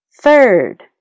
Third